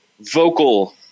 Vocal